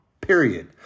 period